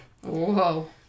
Whoa